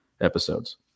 episodes